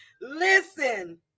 Listen